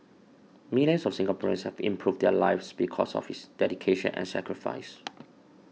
millions of Singaporeans have improved their lives because of his dedication and sacrifice